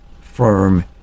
firm